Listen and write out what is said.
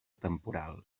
temporal